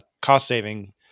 cost-saving